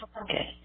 Okay